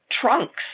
trunks